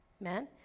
Amen